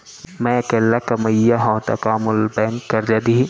मैं अकेल्ला कमईया हव त का मोल बैंक करजा दिही?